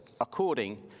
according